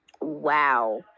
Wow